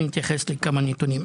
אתייחס לכמה נתונים.